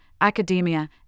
academia